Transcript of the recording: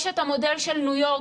יש את המודל של ניו יורק,